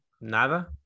nada